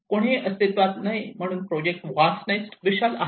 कोणीही अस्तित्त्वात नाही म्हणून प्रोजेक्ट वास्टनेस विशाल आहे